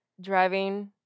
Driving